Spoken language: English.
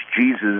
Jesus